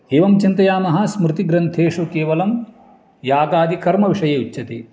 एवं चिन्तयामः स्मृतिग्रन्थेषु केवलं यागादिकर्मविषये उच्यते